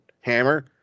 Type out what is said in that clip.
Hammer